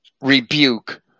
rebuke